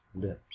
lips